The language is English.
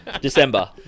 December